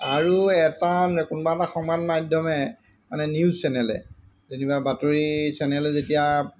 আৰু এটা কোনোবা এটা সংবাদ মাধ্যমে মানে নিউজ চেনেলে যেনিবা বাতৰি চেনেলে যেতিয়া